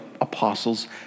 apostles